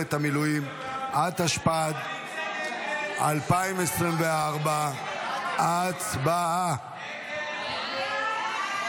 מינהלת המילואים, התשפ"ד 2024. הצבעה.